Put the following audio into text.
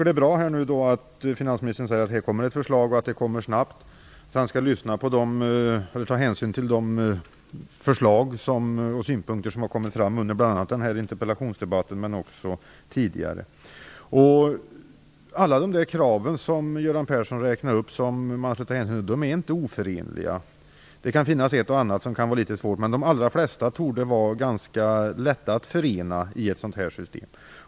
Det är bra att finansministern säger att det kommer ett förslag, att det kommer snabbt och att han skall ta hänsyn till de förslag och synpunkter som har kommit fram under bl.a. den här interpellationsdebatten men också tidigare. De krav som Göran Persson räknade upp som han borde ta hänsyn till är inte oförenliga. Det kan finnas ett och annat som kan vara litet svårt att förena, men de allra flesta torde vara ganska lätta att förena i ett sådant här system.